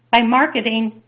by marketing,